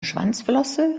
schwanzflosse